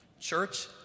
Church